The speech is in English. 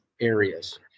areas